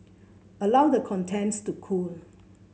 allow the contents to cool